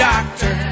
Doctor